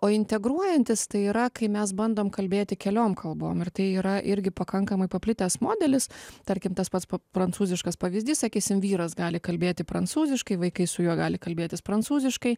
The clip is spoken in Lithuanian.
o integruojantis tai yra kai mes bandom kalbėti keliom kalbom ir tai yra irgi pakankamai paplitęs modelis tarkim tas pats prancūziškas pavyzdys sakysim vyras gali kalbėti prancūziškai vaikai su juo gali kalbėtis prancūziškai